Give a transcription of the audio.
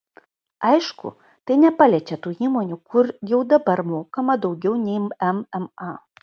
aišku tai nepaliečia tų įmonių kur jau dabar mokama daugiau nei mma